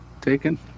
Taken